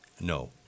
No